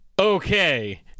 Okay